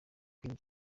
queen